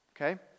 okay